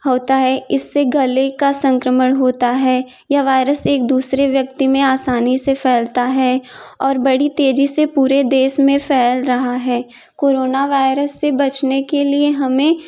होता है इससे गले का संक्रमण होता है यह वायरस एक दूसरे व्यक्ति में आसानी से फैलता है और बड़ी तेज़ी से पूरे देश में फैल रहा है कोरोना वायरस से बचने के लिए हमें